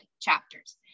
chapters